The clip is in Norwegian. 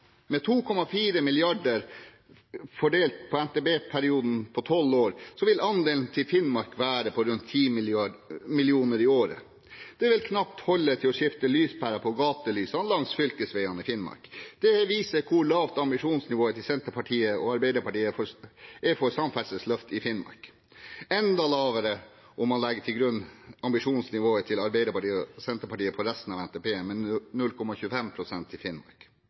Med 2,4 mrd. kr fordelt på NTP-perioden på tolv år vil andelen til Finnmark være på rundt 10 mill. kr i året. Det vil knapt holde til å skifte lyspærer i gatelysene langs fylkesveiene i Finnmark. Det viser hvor lavt ambisjonsnivået til Senterpartiet og Arbeiderpartiet er for samferdselsløft i Finnmark – og enda lavere om man legger til grunn ambisjonsnivået til Arbeiderpartiet og Senterpartiet for resten av NTP, med 0,25 pst. til Finnmark.